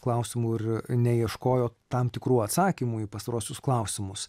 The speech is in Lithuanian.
klausimų ir neieškojo tam tikrų atsakymų į pastaruosius klausimus